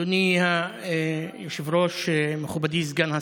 אדוני היושב-ראש, מכובדי סגן השר,